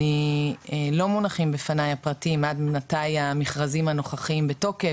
לא מונחים בפני הפרטים עד מתי המכרזים הנוכחיים בתוקף,